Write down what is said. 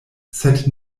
sed